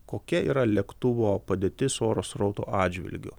kokia yra lėktuvo padėtis oro srauto atžvilgiu